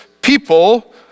people